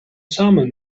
samen